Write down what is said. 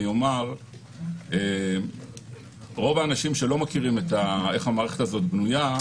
אני אומר שרוב האנשים שלא מכירים איך המערכת הזאת בנויה,